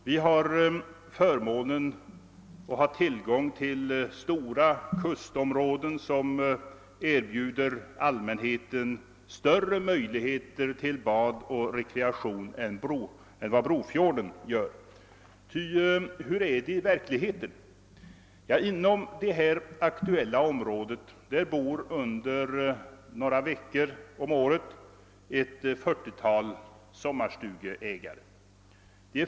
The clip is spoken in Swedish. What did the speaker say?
Vi har förmånen att ha tillgång till stora kustområden, som erbjuder allmänheten bättre möjligheter till bad och rekreation än vad Brofjorden gör. Hur är det i verkligheten? Inom det aktuella området bor under några veckor av året ett 40-tal sommarstugeägare.